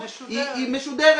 משודרת,